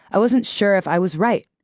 i wasn't sure if i was right.